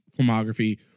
filmography